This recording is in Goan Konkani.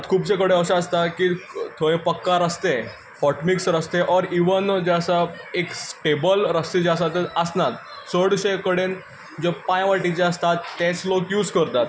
खुबशे कडेन अशें आसता की थंय पक्का रस्ते हॉट मिक्स रस्ते ओर इव्हन जे आसा एक स्टॅबल रस्ते जे आसा ते आसनात सो चडशे कडेन जे पांयवाटो जे आसतात तेच लोक यूज करतात